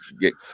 get